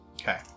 Okay